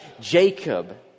Jacob